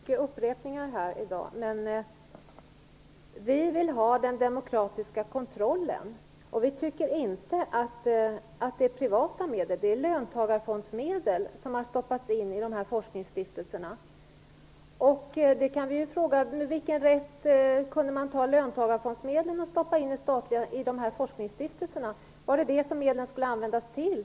Herr talman! Det blir många upprepningar här i dag. Vi vill ha den demokratiska kontrollen. Vi tycker inte att det är privata medel. Det är löntagarfondsmedel som har stoppats in i forskningsstiftelserna. Man kan fråga sig med vilken rätt man kunde stoppa in löntagarfondsmedlen i forskningsstiftelserna. Var det detta som medlen skulle användas till?